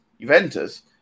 Juventus